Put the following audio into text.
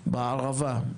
בערבה.